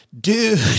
Dude